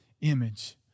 image